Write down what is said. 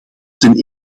ten